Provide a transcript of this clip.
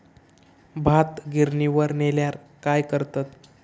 भात गिर्निवर नेल्यार काय करतत?